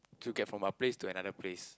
to get from a place to another place